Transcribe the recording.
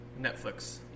Netflix